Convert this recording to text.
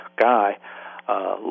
guy